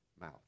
mouth